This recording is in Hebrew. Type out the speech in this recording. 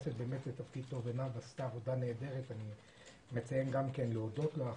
עינב עשתה עבודה נהדרת, ואני רוצה להודות לה.